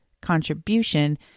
contribution